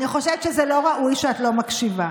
אני חושבת שזה לא ראוי שאת לא מקשיבה.